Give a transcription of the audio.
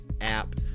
app